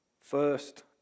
first